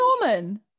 Norman